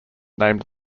named